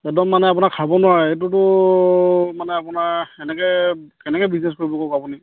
একদম মানে আপোনাক খাব নোৱাৰে এইটোতো মানে আপোনাৰ এনেকে কেনেকে বিজনেছ কৰিব কওক আপুনি